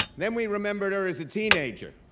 then we remembered her as a teenager,